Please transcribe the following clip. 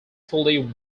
fully